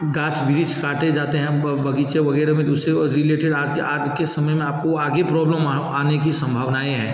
गाछ वृक्ष काटे जाते हैं बग़ीचे वग़ैरह में तो उससे वो रिलेटेड आज के आज के समय में आपको आगे प्रॉब्लोम आने की संभावनाए हैं